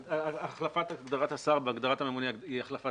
החלפת הגדרת השר בהגדרת הממונה היא החלפה